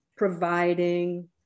providing